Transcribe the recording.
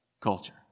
culture